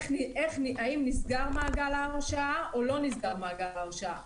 האם נסגר מעגל ההרשעה או לא נסגר מעגל ההרשעה.